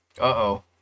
Uh-oh